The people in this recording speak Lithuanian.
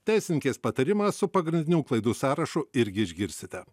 teisininkės patarimą su pagrindinių klaidų sąrašu irgi išgirsite